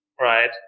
right